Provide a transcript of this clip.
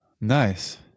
Nice